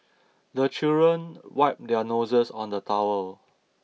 the children wipe their noses on the towel